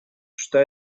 что